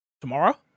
tomorrow